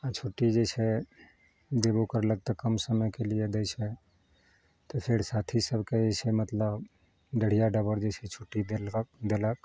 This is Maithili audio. आ छुट्टी जे छै देबो करलक तऽ कम समयके लिए दै छै तऽ फेर साथी सबके जे छै मतलब डेढ़िआ डबर छुट्टी देलक देलक